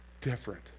different